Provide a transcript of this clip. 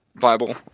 Bible